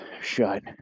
shut